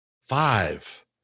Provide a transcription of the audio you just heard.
five